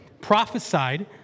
prophesied